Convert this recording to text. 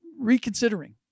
Reconsidering